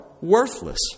worthless